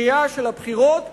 דחייה של הבחירות בכלל.